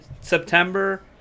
September